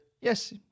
yes